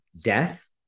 death